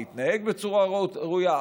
להתנהג בצורה ראויה.